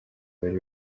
bari